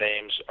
names